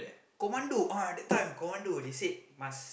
commando ah that time commando they said must